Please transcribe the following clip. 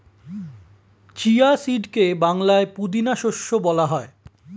chia সিডকে বাংলায় পুদিনা শস্য বলা হয়